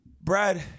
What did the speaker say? Brad